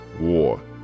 War